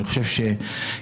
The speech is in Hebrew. לדעתי,